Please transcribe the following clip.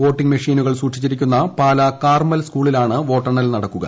voting മെഷീനുകൾ സൂക്ഷിച്ചിരിക്കുന്ന Pala Carmel സ്കൂളിലാണ് വോട്ടെണ്ണൽ നടക്കുക